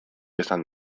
esan